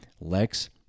Lex